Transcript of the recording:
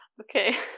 okay